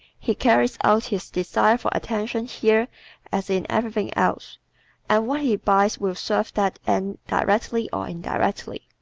he carries out his desire for attention here as in everything else and what he buys will serve that end directly or indirectly.